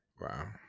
Wow